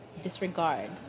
disregard